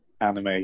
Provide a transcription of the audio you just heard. anime